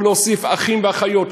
או להוסיף אחים ואחיות,